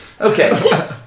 Okay